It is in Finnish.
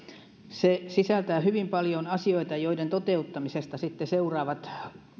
se sisältää hyvin paljon asioita joiden toteuttamisesta sitten seuraavat